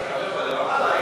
לרמאללה,